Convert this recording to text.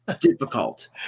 difficult